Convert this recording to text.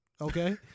okay